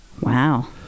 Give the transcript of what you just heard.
Wow